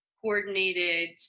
coordinated